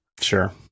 Sure